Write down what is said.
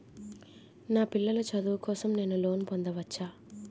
నా పిల్లల చదువు కోసం నేను లోన్ పొందవచ్చా?